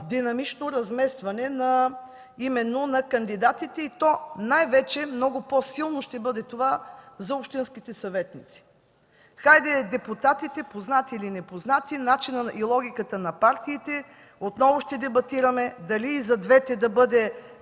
по-динамично разместване именно на кандидатите и то най-вече много по-силно ще бъде за общинските съветници. Хайде, депутатите – познати или непознати, начина и логиката на партиите, отново ще дебатираме дали и за двете да бъде